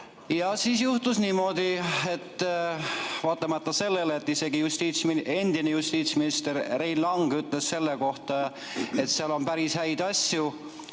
Siis juhtus niimoodi, et vaatamata sellele, et isegi endine justiitsminister Rein Lang ütles selle kohta, et seal on päris häid asju,